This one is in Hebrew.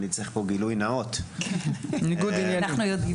אני צריך פה גילוי נאות --- אנחנו יודעים,